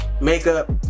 makeup